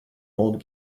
old